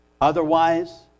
Otherwise